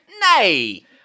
Nay